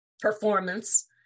performance